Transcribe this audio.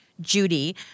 judy